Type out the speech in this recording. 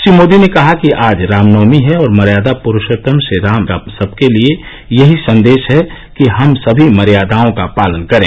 श्री मोदी ने कहा कि आज रामनवमी है और मर्यादा प्रूषोत्तम श्रीराम का सबके लिए यही संदेश है कि हम सभी मर्यादाओं का पालन करें